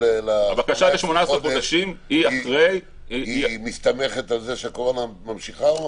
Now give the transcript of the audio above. ל-18 חודש מסתמכת על זה שהקורונה ממשיכה או מפסיקה?